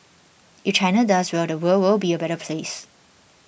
if China does well the world will be a better place